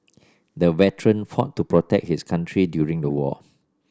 the veteran fought to protect his country during the war